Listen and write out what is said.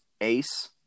ace